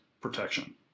protection